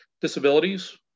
disabilities